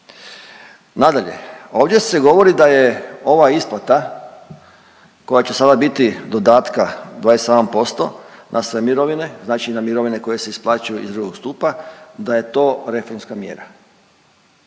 Nadalje, ovdje se govori da je ova isplata koja će sada biti dodatka 27% na sve mirovine, znači na mirovine koje se isplaćuju iz II. stupa da je to reformska mjera.